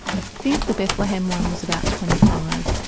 ah think the bethlehem one was about twenty five.